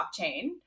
blockchain